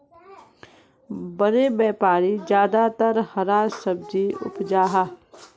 बड़े व्यापारी ज्यादातर हरा सब्जी उपजाहा